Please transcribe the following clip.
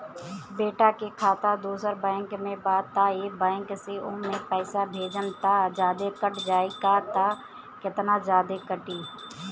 बेटा के खाता दोसर बैंक में बा त ए बैंक से ओमे पैसा भेजम त जादे कट जायी का त केतना जादे कटी?